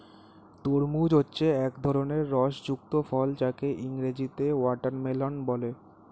তরমুজ হচ্ছে এক ধরনের রস যুক্ত ফল যাকে ইংরেজিতে ওয়াটারমেলান বলে